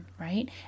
right